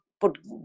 put